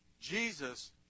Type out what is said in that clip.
Jesus